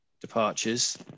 departures